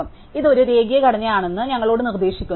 അതിനാൽ ഇത് ഒരു രേഖീയ ഘടനയാണെന്ന് ഞങ്ങളോട് നിർദ്ദേശിക്കുന്നു